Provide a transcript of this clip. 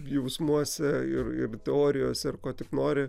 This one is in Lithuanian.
jausmuose ir ir teorijose ir ko tik nori